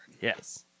Yes